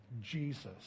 Jesus